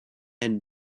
and